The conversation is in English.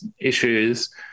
issues